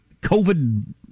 COVID